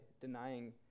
denying